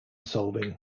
solving